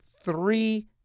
Three